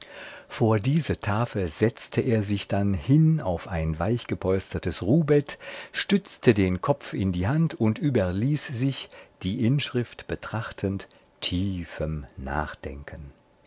vor diese tafel setzte er sich dann hin auf ein weichgepolstertes ruhbett stützte den kopf in die hand und überließ sich die inschrift betrachtend tiefem nachdenken